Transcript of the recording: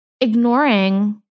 ignoring